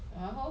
啊然后